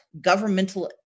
governmental